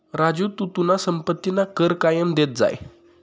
राजू तू तुना संपत्तीना कर कायम देत जाय